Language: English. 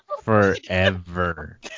forever